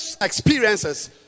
experiences